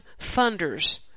funders